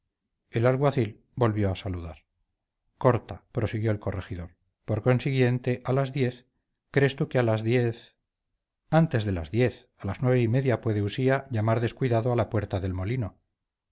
el alguacil volvió a saludar corta prosiguió el corregidor por consiguiente a las diez crees tú que a las diez antes de las diez a las nueve y media puede usía llamar descuidado a la puerta del molino